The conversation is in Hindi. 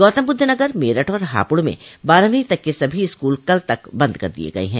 गौतमबुद्ध नगर मेरठ और हापुड़ में बारहवीं तक के सभी स्कूल कल तक बंद कर दिए हैं